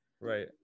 right